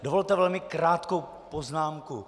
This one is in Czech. Dovolte velmi krátkou poznámku.